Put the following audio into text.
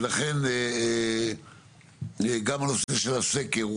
אני אגע בנושא של הסקר.